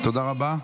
תודה רבה.